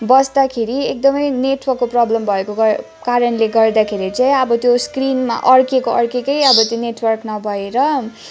बस्दाखेरि एकदमै नेटर्वकको प्रब्लम भएको कारणले गर्दाखेरि चाहिँ अब त्यो स्क्रिनमा अडकेको अडकेकै अब त्यो नेटर्वक नभएर